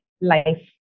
life